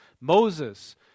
Moses